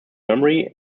memory